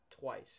twice